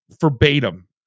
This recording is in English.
verbatim